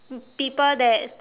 people that